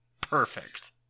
perfect